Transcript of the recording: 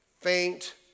faint